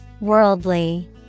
Worldly